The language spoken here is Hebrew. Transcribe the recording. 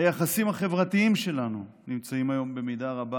היחסים החברתיים שלנו נמצאים היום במידה רבה